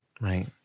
Right